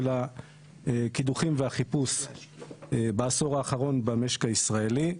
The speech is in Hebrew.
הקידוחים והחיפוש בעשור האחרון במשק הישראלי.